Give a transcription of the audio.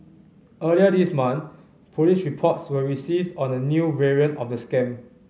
earlier this month police reports were received on a new variant of the scam